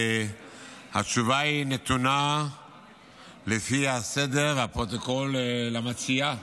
התשובה נתונה לפי סדר הפרוטוקול למציעה,